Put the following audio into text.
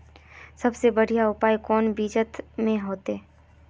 सबसे बढ़िया उपज कौन बिचन में होते?